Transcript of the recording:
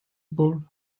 board